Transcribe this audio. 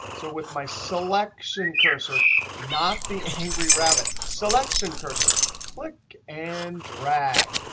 so with my selection cursor not the angry rabbit. selection cursor. click and drag.